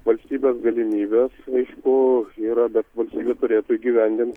valstybės galimybes aišku yra bet valdžioje turėtų įgyvendint